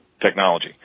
technology